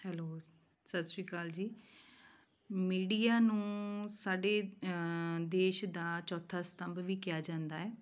hello ਜੀ ਸਤਿ ਸ਼੍ਰੀ ਅਕਾਲ ਜੀ ਮੀਡੀਆ ਨੂੰ ਸਾਡੇ ਦੇਸ਼ ਦਾ ਚੌਥਾ ਸਤੰਭ ਵੀ ਕਿਹਾ ਜਾਂਦਾ ਹੈ